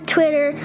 Twitter